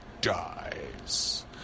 dies